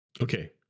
Okay